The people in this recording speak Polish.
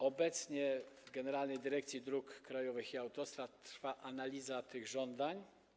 Obecnie w Generalnej Dyrekcji Dróg Krajowych i Autostrad trwa analiza tych żądań.